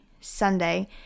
Sunday